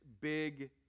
big